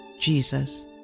jesus